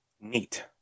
Neat